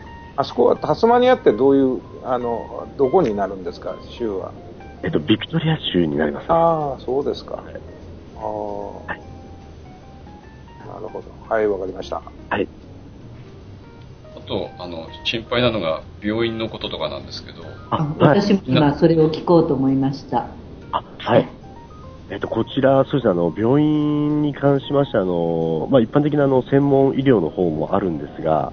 あそこはタスマニアってどういう、あの、どこになるんですか？州は。えっと、ビクトリア州になりますね。あー、そうですか。はい。あー。はい。なるほど。はい、わかりました。はい。あと、あの、心配なのが病院のこととかなんですけど。あ、はい。私も今それを聞こうと思いました。あ、はい。えっと、こちら、そうですね、あの、病院に関しまして、あの、まあ、一般的な、あの、専門医療の方もあるんですが、